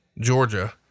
Georgia